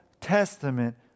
Testament